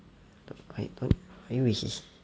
are you racist